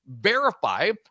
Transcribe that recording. verify